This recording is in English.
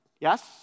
Yes